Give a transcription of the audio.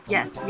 Yes